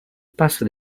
passo